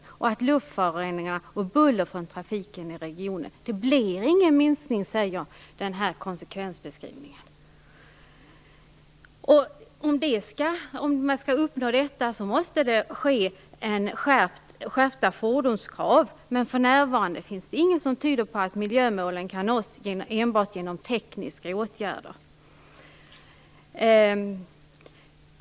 När det gäller luftföroreningar och buller från trafiken i regionen blir det ingen minskning enligt konsekvensbeskrivningen. Om man vill uppnå målen måste fordonskraven skärpas. Men för närvarande finns ingenting som tyder på att miljömålen kan uppnås med enbart tekniska åtgärder.